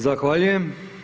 Zahvaljujem.